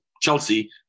Chelsea